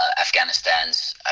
Afghanistan's